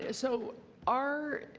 ah so our,